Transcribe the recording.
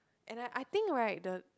and that I think right the